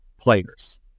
players